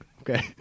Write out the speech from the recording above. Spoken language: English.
Okay